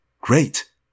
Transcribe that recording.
Great